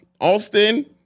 Austin